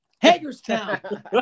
Hagerstown